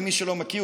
למי שלא מכיר,